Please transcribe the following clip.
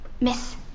Miss